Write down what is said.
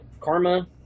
karma